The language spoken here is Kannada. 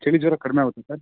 ಚಳಿ ಜ್ವರ ಕಡಿಮೆ ಆಗುತ್ತಾ ಸರ್